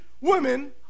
women